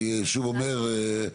אני שוב אומר,